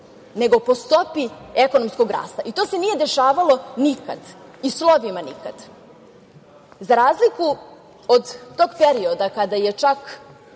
nego po stopi ekonomskog rasta, i to se nije dešavalo nikada, i slovima nikad.Za razliku od tog perioda kada je